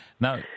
Now